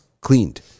cleaned